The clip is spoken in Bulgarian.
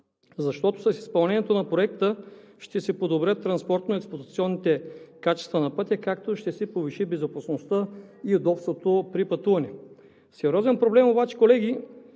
защото с изпълнението на Проекта ще се подобрят транспортно-експлоатационните качества на пътя, както и ще се повиши безопасността и удобството при пътуване. Сериозен проблем обаче, колеги,